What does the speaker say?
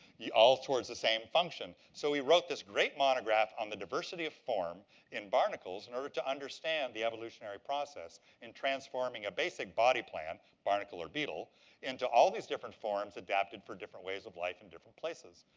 all towards the same function. so he wrote this great monograph on the diversity of form in barnacles in order to understand the evolutionary process in transforming a basic body plan barnacle or beetle into all these different forms adapted for different ways of life in different places.